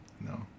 no